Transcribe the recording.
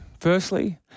firstly